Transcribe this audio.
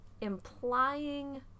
implying